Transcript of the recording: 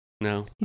No